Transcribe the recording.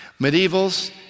Medievals